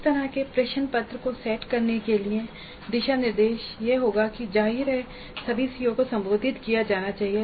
इस तरह के प्रश्न पत्र को सेट करने के लिए दिशानिर्देश यह होगा कि जाहिर है सभी सीओ को संबोधित किया जाना चाहिए